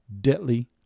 deadly